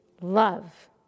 love